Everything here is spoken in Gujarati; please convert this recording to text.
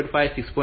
5 6